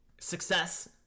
success